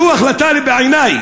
זו בעיני,